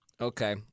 Okay